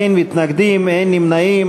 אין מתנגדים, אין נמנעים.